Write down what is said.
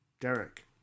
Derek